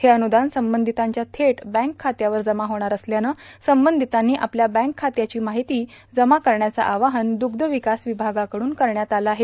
हे अन्रदान संबंधितांच्या थेट बँक खात्यावर जमा होणार असल्यानं संबंधितांनी आपल्या बँक खात्याची माहिती जमा करण्याचं आवाहन दुग्धविकास विभागाकडून करण्यात आलं आहे